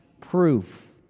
proof